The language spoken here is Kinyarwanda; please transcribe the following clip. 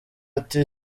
ati